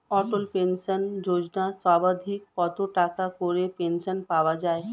অটল pension Yojana সর্বাধিক কত টাকা করে পেনশন পাওয়া যায়?